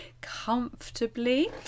comfortably